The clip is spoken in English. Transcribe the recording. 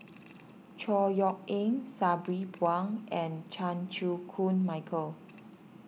Chor Yeok Eng Sabri Buang and Chan Chew Koon Michael